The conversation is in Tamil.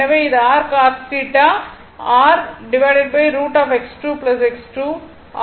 எனவே இது r cos θ R√X2 X2 ஆகும்